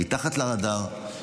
מתחת לרדאר,